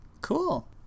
Cool